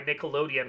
Nickelodeon